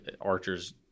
Archer's